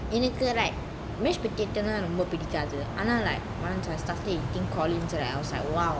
என்னக்கு:ennaku like mash potato ரொம்ப பிடிக்காது:romba pidikathu like once I started eating collin's right I was like !wow!